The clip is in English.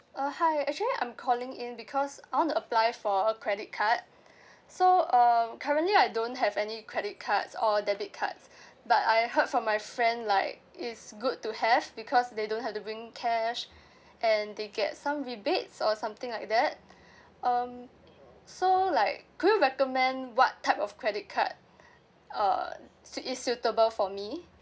uh hi actually I'm calling in because I want to apply for a credit card so um currently I don't have any credit cards or debit cards but I heard from my friend like it's good to have because they don't have to bring cash and they get some rebates or something like that um so like could you recommend what type of credit card uh sui~ is suitable for me